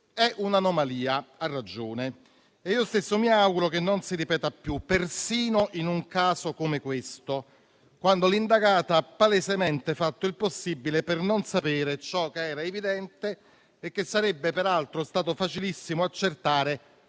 È un'anomalia, ha ragione, e io stesso mi auguro che ciò non si ripeta più, persino in un caso come questo, quando l'indagata ha palesemente fatto il possibile per non sapere ciò che era evidente e che sarebbe peraltro stato facilissimo accertare